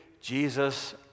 Jesus